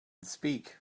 speak